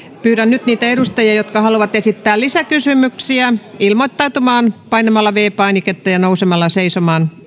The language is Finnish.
pyydän nyt niitä edustajia jotka haluavat esittää lisäkysymyksiä ilmoittautumaan painamalla viides painiketta ja nousemalla seisomaan